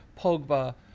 Pogba